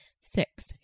Six